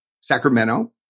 Sacramento